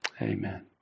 Amen